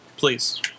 Please